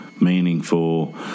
meaningful